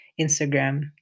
Instagram